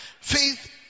Faith